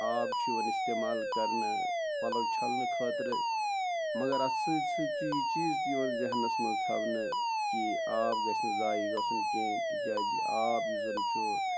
آب چھُ یِوان اِستعمال کرنہٕ پَلو چھلنہٕ خٲطرٕ مَگر اَتھ سۭتۍ سۭتۍ چھُ یہِ چیٖز یِوان زہنَس منٛز تھاونہٕ یہِ آب گژھِنہٕ زایہِ گژھُن کیٚنٛہہ تِکیازِ آب یُس زن چھُ